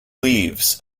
leaves